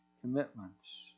commitments